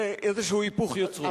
זה היפוך יוצרות.